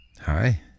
hi